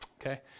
Okay